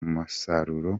musaruro